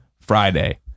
Friday